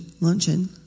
luncheon